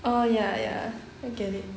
oh ya ya I get it